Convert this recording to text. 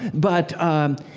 but, um,